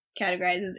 categorizes